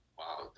wow